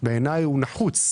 בעיניי הוא נחוץ,